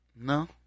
No